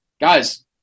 guys